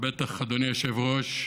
אדוני היושב-ראש,